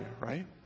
right